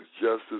justice